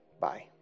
Bye